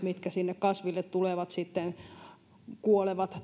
mitkä sinne kasville tulevat kuolevat